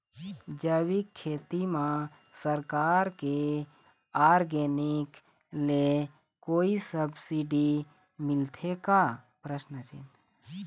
जैविक खेती म सरकार के ऑर्गेनिक ले कोई सब्सिडी मिलथे का?